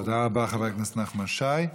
תודה רבה, חבר הכנסת נחמן שי.